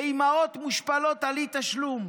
ואימהות מושפלות על אי-תשלום,